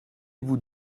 vous